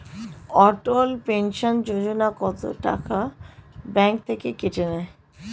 অটল pension Yojana টাকা কি bank থেকে কেটে নেবে?